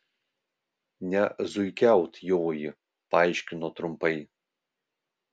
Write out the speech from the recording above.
ne zuikiaut joji paaiškino trumpai